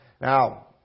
Now